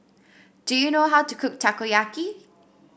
do you know how to cook Takoyaki